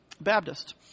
Baptist